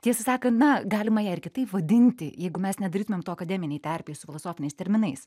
tiesą sakant na galima ją ir kitaip vadinti jeigu mes nedarytumėm to akademinėj terpėj su filosofiniais terminais